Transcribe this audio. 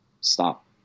Stop